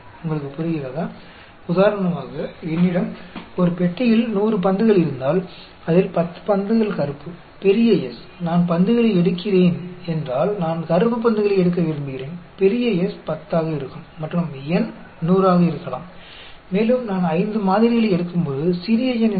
तो आप समझते हैं कि कैपिटल N जनसंख्या हालांकि हम इसे आबादी कहते हैं नॉर्मल डिसटीब्यूशन के विपरीत एक परिमित आकार मिला है जहाँ जनसंख्या बहुत अधिक है